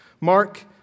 Mark